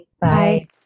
Bye